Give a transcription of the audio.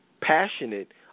passionate